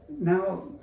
now